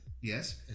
Yes